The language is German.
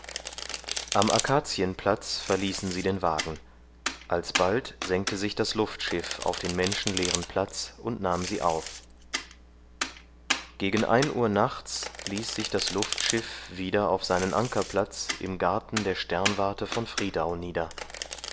am akazienplatz verließen sie den wagen alsbald senkte sich das luftschiff auf den menschenleeren platz und nahm sie auf gegen ein uhr nachts ließ sich das luftschiff wieder auf seinen ankerplatz im garten der sternwarte von friedau nieder